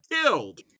killed